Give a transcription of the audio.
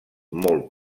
molt